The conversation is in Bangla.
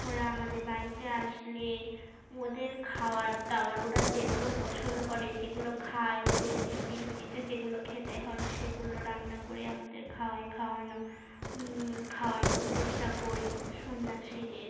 ওরা আমাদের বাড়িতে আসলে ওদের খাওয়ার দাওয়ার ওরা যেগুলো পছন্দ করে যেগুলো খায় ওদের রীতি নীতিতে যেগুলো খেতে হয় সেগুলো রান্না করে আমাদের খাওয়াই খাওয়ানো খাওয়ানোর চেষ্টা করি সন্ন্যাসীদের